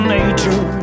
Nature